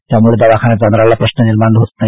त्यामुळे दवाखान्यात जाण्याचा प्रश्न निर्माण होत नाही